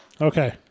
Okay